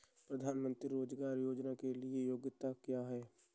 प्रधानमंत्री रोज़गार योजना के लिए योग्यता क्या है?